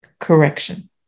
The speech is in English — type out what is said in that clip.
correction